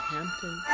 Hampton